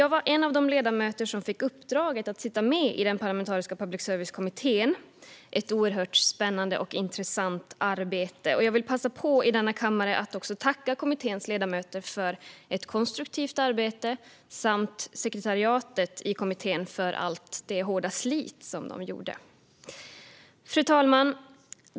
Jag var en av de ledamöter som fick uppdraget att sitta med i den parlamentariska public service-kommittén. Det var ett oerhört intressant och spännande arbete, och jag vill passa på att i denna kammare tacka kommitténs ledamöter för ett konstruktivt arbete och sekretariatet i kommittén för deras hårda slit. Fru talman!